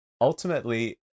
Ultimately